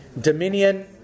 Dominion